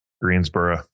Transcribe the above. Greensboro